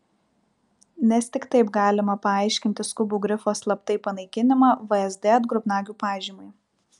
nes tik taip galima paaiškinti skubų grifo slaptai panaikinimą vsd atgrubnagių pažymai